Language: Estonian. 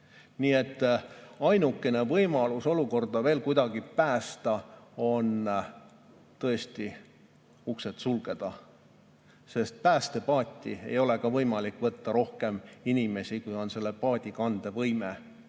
edasi. Ainukene võimalus olukorda veel kuidagi päästa on tõesti uksed sulgeda. Päästepaati ei ole võimalik võtta rohkem inimesi, kui on paadi kandevõime.